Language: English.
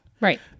Right